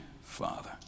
father